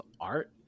art